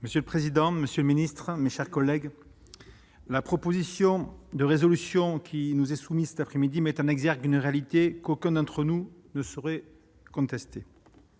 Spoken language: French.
Monsieur le président, monsieur le ministre, mes chers collègues, la proposition de résolution qui nous est soumise cet après-midi met en exergue une réalité qu'aucun d'entre nous ne saurait contester.